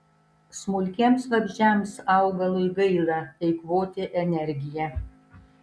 smulkiems vabzdžiams augalui gaila eikvoti energiją